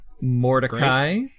Mordecai